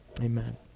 amen